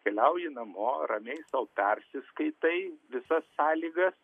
keliauji namo ramiai sau persiskaitai visas sąlygas